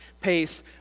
pace